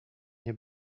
nie